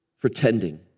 pretending